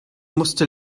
musste